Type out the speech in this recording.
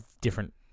different